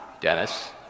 Dennis